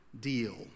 deal